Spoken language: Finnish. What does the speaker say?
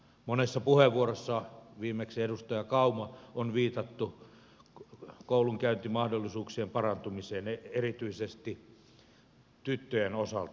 monessa puheenvuorossa viimeksi edustaja kauma on viitattu koulunkäyntimahdollisuuk sien parantumiseen erityisesti tyttöjen osalta